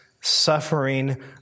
suffering